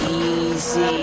easy